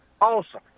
awesome